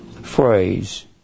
phrase